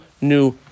new